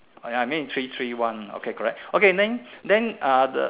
ah I mean is three three one okay correct okay then then are the